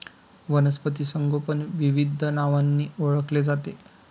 वनस्पती संगोपन विविध नावांनी ओळखले जाते